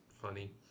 funny